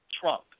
Trump